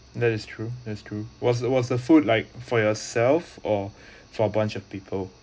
that is true that's true was the was the food like for yourself or for bunch of people